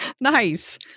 nice